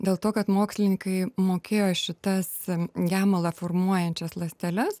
dėl to kad mokslininkai mokėjo šitas gemalą formuojančias ląsteles